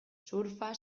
surfa